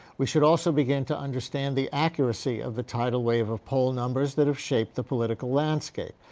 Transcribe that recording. we should also begin to understand the accuracy of the tidal wave of poll numbers that have shaped the political landscape.